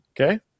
Okay